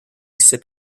sip